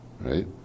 right